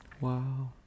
Wow